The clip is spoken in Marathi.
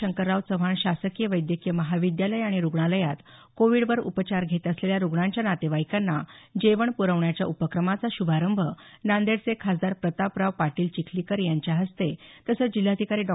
शंकरराव चव्हाण शासकीय वैद्यकीय महाविद्यालय आणि रुग्णालयात कोविडवर उपचार घेत असलेल्या रुग्णांच्या नातेवाईकांना जेवण प्रवण्याच्या उपक्रमाचा श्भारंभ नांदेडचे खासदार प्रतापराव पाटील चिखलीकर यांच्या हस्ते तसंच जिल्हाधिकारी डॉ